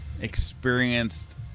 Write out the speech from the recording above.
experienced